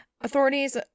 authorities